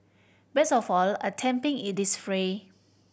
best of all attempting it is free